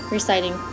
Reciting